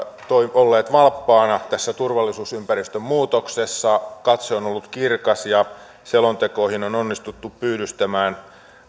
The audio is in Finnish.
olleet valppaana tässä turvallisuusympäristön muutoksessa katse on ollut kirkas ja selontekoihin on onnistuttu pyydystämään